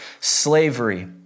slavery